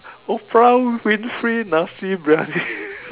Oprah-Winfrey Nasi-Biryani